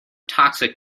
toxic